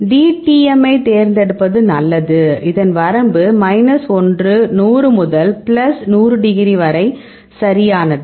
dTm ஐத் தேர்ந்தெடுப்பது நல்லது இதன் வரம்பு மைனஸ் 1 100 முதல் பிளஸ் 100 டிகிரி C வரை சரியானது